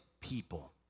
people